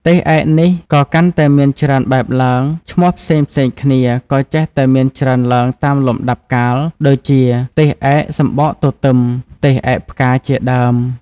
ទេសឯកនេះ ក៏កាន់តែមានច្រើនបែបឡើង ឈ្មោះផ្សេងៗគ្នាក៏ចេះតែមានច្រើនឡើងតាមលំដាប់កាល ដូចជា ទេសឯកសំបកទទិម, ទេសឯកផ្កា ជាដើម។